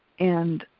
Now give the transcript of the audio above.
and